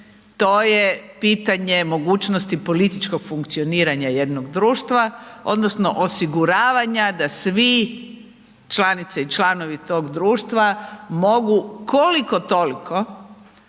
to je pitanje mogućnosti političkog funkcioniranja jednog društva, odnosno osiguravanja da svi članice i članovi tog društva mogu koliko-toliko